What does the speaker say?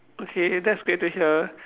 okay that's great to hear